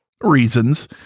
reasons